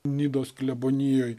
nidos klebonijoj